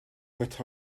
but